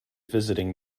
visiting